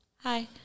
hi